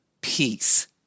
peace